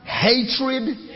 hatred